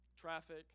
traffic